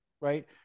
right